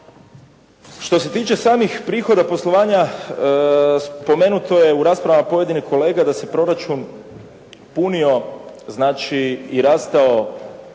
Što se tiče samih prihoda poslovanja spomenuto je u raspravama pojedinih kolega da se proračun punio znači i rastao